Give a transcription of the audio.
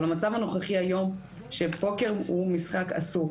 אבל המצב הנוכחי היום שפוקר הוא משחק אסור,